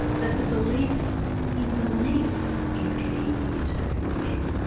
that the belief in belief is key here too. yes.